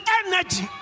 energy